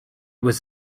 was